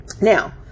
Now